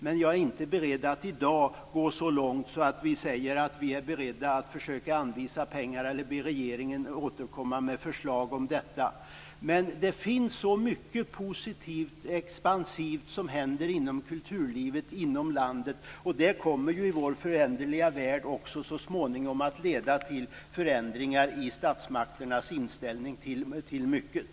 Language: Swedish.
Men jag är inte beredd att i dag gå så långt som att säga att vi är beredda att försöka anvisa pengar, eller be regeringen återkomma med förslag om detta. Det finns så mycket positivt och expansivt som händer inom kulturlivet i landet. Detta kommer i vår föränderliga värld också så småningom att leda till förändringar i statsmakternas inställning till mycket.